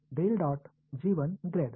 del dot G 1 grade